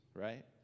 right